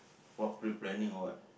what pre-planning or what